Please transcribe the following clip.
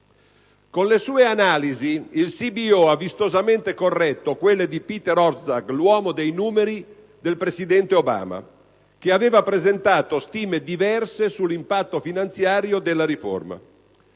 Con le sue analisi il CBO ha vistosamente corretto quelle di Peter Orszag, l'uomo dei numeri del presidente Obama, che aveva presentato stime diverse sull'impatto finanziario della riforma.